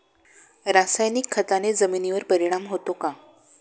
रासायनिक खताने जमिनीवर परिणाम होतो का?